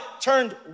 turned